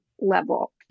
level